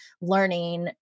learning